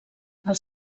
els